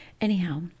Anyhow